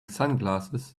sunglasses